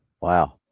Wow